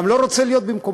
גם לא רוצה להיות במקומך,